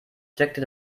steckte